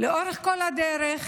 לאורך כל הדרך